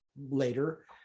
later